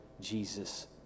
Jesus